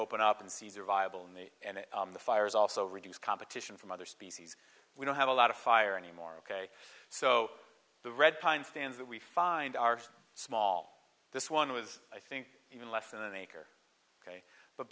open up and seas are viable and the and the fires also reduce competition from other species we don't have a lot of fire anymore ok so the red pine stands that we find are small this one was i think even less than an acre ok but